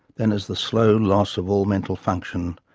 then as the slow loss of all mental function,